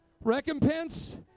Recompense